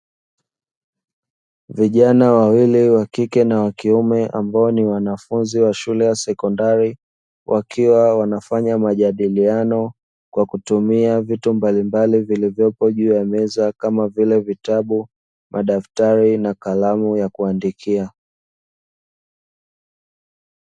Vijana wawili wa kike na wa kiume ambao ni wanafunzi wa shule ya sekondari, wakiwa wanafanya majadiliano kwa kutumia vitu mbalimbali vilivyopo juu ya meza kama vile: vitabu madaftari na kalamu ya kuandikia.